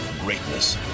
greatness